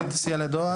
כן תסייע לדואר.